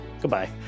Goodbye